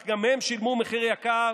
אך גם הם שילמו מחיר יקר,